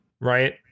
Right